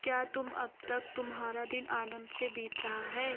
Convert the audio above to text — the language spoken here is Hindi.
क्या तुम अब तक तुम्हारा दिन आनंद से बीत रहा है